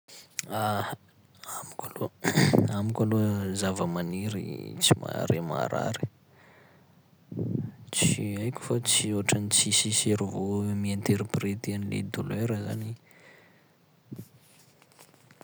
Amiko aloha amiko aloha zava-maniry tsy mahare marary, tsy haiko fa tsy- ohatrany tsisy cerveau mi-interpréter an'le douleur zany i.